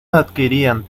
adquirían